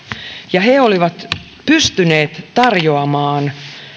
ja he olivat pystyneet tarjoamaan